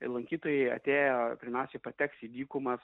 lankytojai atėję pirmiausiai pateks į dykumas